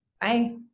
Bye